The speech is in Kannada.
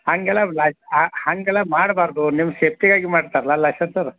ಹಾಗೆಲ್ಲ ಲೈಸ್ ಹಾಗೆಲ್ಲ ಮಾಡ್ಬಾರದು ನಿಮ್ಮ ಸೇಫ್ಟಿಗಾಗಿ ಮಾಡ್ತಾರಲ್ಲ ಲೈನ್ಸಸ್ನವ್ರು